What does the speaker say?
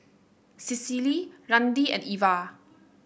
Cecily Randi and Ivah